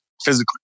physically